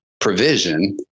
provision